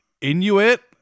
Inuit